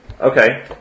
Okay